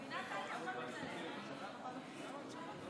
אין אישה.